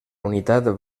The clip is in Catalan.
unitat